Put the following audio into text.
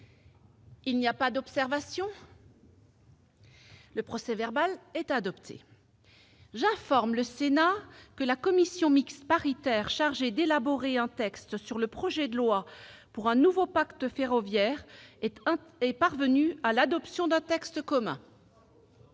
Il n'y a pas d'observation ?... Le procès-verbal est adopté. J'informe le Sénat que la commission mixte paritaire chargée d'élaborer un texte sur le projet de loi pour un nouveau pacte ferroviaire est parvenue à l'adoption d'un texte commun.